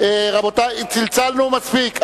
צלצלנו מספיק.